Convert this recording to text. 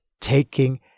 taking